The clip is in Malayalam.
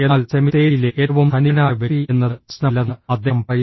എന്നാൽ സെമിത്തേരിയിലെ ഏറ്റവും ധനികനായ വ്യക്തി എന്നത് പ്രശ്നമല്ലെന്ന് അദ്ദേഹം പറയുന്നു